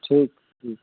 ठीक ठीक